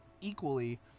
equally